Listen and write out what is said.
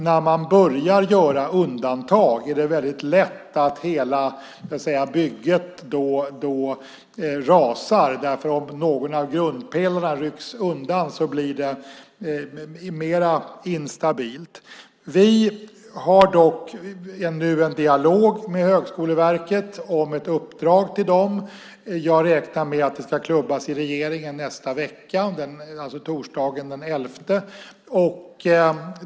När man börjar göra undantag är det väldigt lätt att hela bygget rasar, för om någon av grundpelarna rycks undan blir det mer instabilt. Vi har dock nu en dialog med Högskoleverket om ett uppdrag till dem. Jag räknar med att det ska klubbas i regeringen nästa vecka, torsdagen den 11 juni.